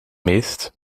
meest